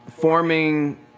forming